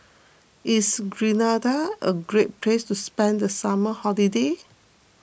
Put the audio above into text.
is Grenada a great place to spend the summer holiday